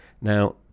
Now